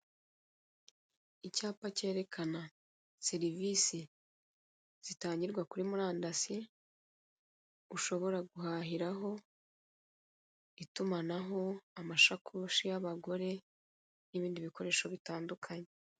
Icyapa cyerekana serivise zitangirwa kuri murandasi ushobora guhahiraho, itumanaho , amashakoshi y'abagore n'ibindi bitandukanye